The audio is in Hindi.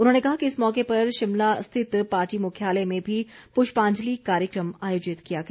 उन्होंने कहा कि इस मौके पर शिमला स्थित पार्टी मुख्यालय में भी पृष्पांजलि कार्यक्रम आयोजित किया गया